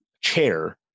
chair